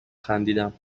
خندیدم